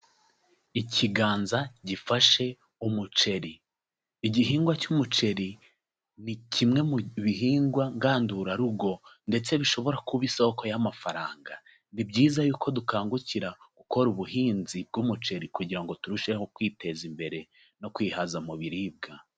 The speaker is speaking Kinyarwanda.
Ikiganza gifashe umuceri, igihingwa cy'umuceri ni kimwe mu bihingwa ngandurarugo ndetse bishobora kuba isoko y'amafaranga, ni byiza yuko dukangukira gukora ubuhinzi bw'umuceri kugira ngo turusheho kwiteza imbere no kwihaza mu biribwa.